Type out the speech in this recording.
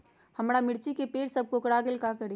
हमारा मिर्ची के पेड़ सब कोकरा गेल का करी?